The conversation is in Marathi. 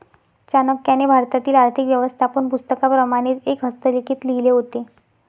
चाणक्याने भारतातील आर्थिक व्यवस्थापन पुस्तकाप्रमाणेच एक हस्तलिखित लिहिले होते